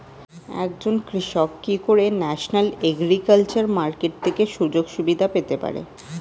একজন কৃষক কি করে ন্যাশনাল এগ্রিকালচার মার্কেট থেকে সুযোগ সুবিধা পেতে পারে?